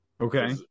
Okay